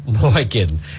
Morgan